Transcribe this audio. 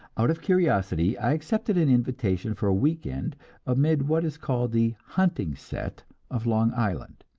out of curiosity i accepted an invitation for a weekend amid what is called the hunting set of long island.